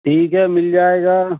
ٹھیک ہے مل جائے گا